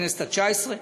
בכנסת התשע-עשרה,